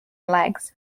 legs